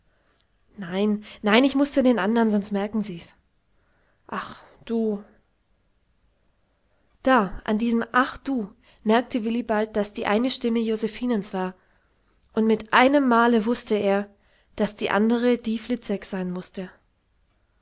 nein nein ich muß zu den andern sonst merken sie's ach du da an diesem ach du merkte willig daß die eine stimme josephinens war und mit einem male wußte er daß die andre die fliczeks sein mußte